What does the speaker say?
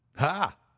ha!